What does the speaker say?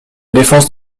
défense